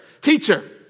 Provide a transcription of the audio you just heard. teacher